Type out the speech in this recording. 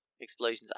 Explosions